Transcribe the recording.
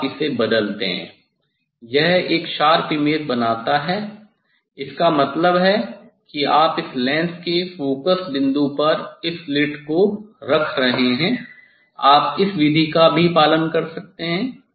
अब आप इसे बदलते हैं यह एक शार्प इमेज बनाता है इसका मतलब है कि आप इस लेंस के फोकस बिंदु पर इस स्लिट को रख रहे हैं आप इस विधि का भी पालन कर सकते हैं